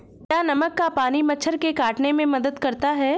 क्या नमक का पानी मच्छर के काटने में मदद करता है?